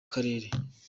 kirere